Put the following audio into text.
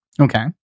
Okay